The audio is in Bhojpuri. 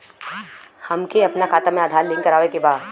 हमके अपना खाता में आधार लिंक करावे के बा?